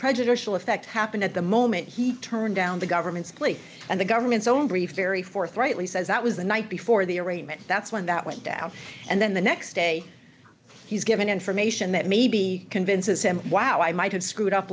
prejudicial effect happened at the moment he turned down the government's plea and the government's own brief very forthrightly says that was the night before the arraignment that's when that went down and then the next day he's given information that maybe convinces him wow i might have screwed up